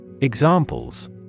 Examples